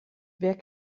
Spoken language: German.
wer